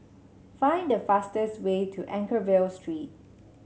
find the fastest way to Anchorvale Street